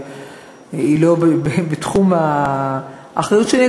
היא לא בתחום האחריות שלי.